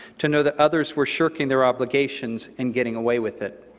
to know that others were shirking their obligations and getting away with it.